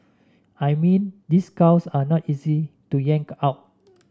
I mean these cows are not easy to yank out